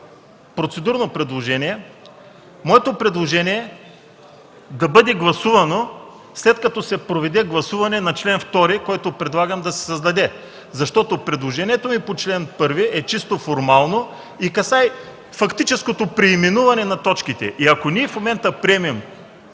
процедурно предложение – моето предложение да бъде гласувано, след като се проведе гласуване на чл. 2, който предлагам да се създаде. Предложението ми по чл. 1 е чисто формално и касае фактическото преименуване на точките и ако ние в момента приемем,